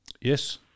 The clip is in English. Yes